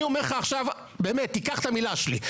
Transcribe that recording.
אני אומר לך עכשיו, באמת, תיקח את המילה שלי.